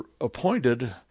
appointed